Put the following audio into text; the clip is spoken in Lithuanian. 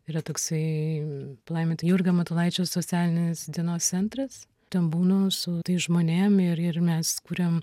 yra toksai palaiminto jurgio matulaičio socialinis dienos centras ten būnu su tais žmonėm ir ir mes kuriam